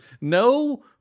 no